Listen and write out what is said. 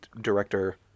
director